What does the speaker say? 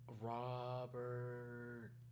Robert